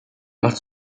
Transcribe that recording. dal